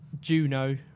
Juno